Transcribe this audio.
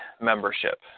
membership